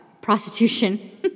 prostitution